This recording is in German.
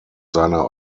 seiner